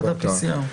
עד ה-PCR.